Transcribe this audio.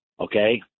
okay